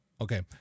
Okay